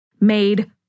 made